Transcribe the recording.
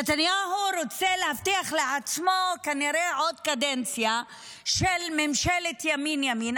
נתניהו רוצה להבטיח לעצמו כנראה עוד קדנציה של ממשלת ימין-ימין,